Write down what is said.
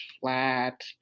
flat